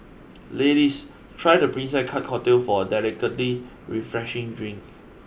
ladies try the Princess Cut cocktail for a delicately refreshing drink